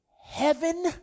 heaven